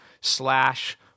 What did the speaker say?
slash